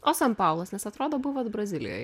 o san paulas nes atrodo buvot brazilijoj